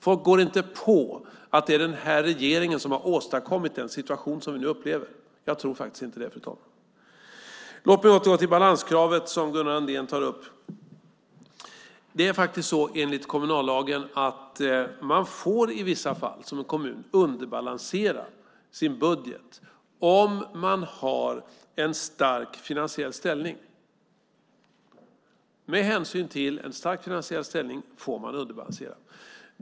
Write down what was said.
Folk går inte på att det är den här regeringen som har åstadkommit den situation som vi nu upplever. Jag tror faktiskt inte det, fru talman. Låt mig återgå till balanskravet, som Gunnar Andrén tar upp. Det är faktiskt så enligt kommunallagen att man som kommun i vissa fall får underbalansera sin budget om man har en stark finansiell ställning. Med hänsyn till en stark finansiell ställning får man underbalansera.